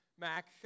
Mac